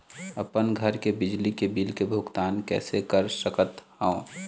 अपन घर के बिजली के बिल के भुगतान कैसे कर सकत हव?